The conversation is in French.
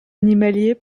animalier